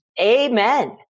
amen